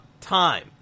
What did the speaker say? time